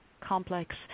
complex